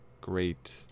great